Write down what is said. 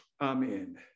Amen